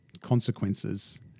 consequences